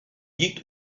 llit